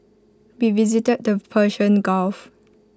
we visited the Persian gulf